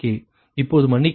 இப்போது மன்னிக்கவும் இது i 2